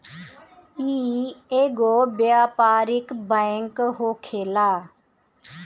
इ एगो व्यापारिक बैंक होखेला